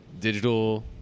digital